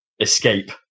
escape